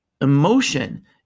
emotion